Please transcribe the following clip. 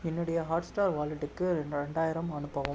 என்னுடைய ஹாட்ஸ்டார் வாலெட்டுக்கு ரெண்டாயிரம் அனுப்பவும்